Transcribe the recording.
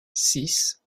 six